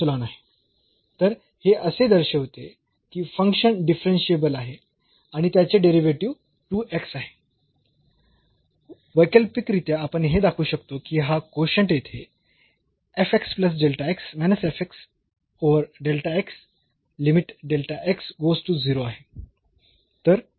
तर हे असे दर्शविते की फंक्शन डिफरन्शियेबल आहे आणि त्याचे डेरिव्हेटिव्ह आहे वैकल्पिकरित्या आपण हे दाखवू शकतो की हा कोशंट येथे आहे